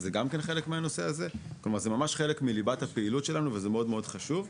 זה מהווה חלק מליבת הפעילות שלנו, וזה מאוד חשוב.